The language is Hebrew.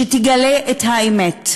שתגלה את האמת.